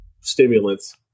stimulants